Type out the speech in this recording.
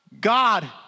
God